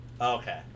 Okay